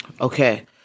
Okay